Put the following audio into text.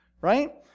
right